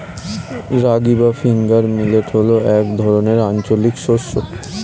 রাগী বা finger millet হল এক ধরনের আঞ্চলিক শস্য